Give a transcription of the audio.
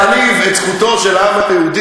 אתה יודע את מי הוא, ?